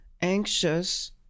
anxious